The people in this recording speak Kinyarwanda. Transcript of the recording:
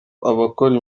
abakora